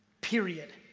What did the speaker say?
period.